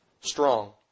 strong